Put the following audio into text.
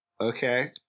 Okay